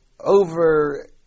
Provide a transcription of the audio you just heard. over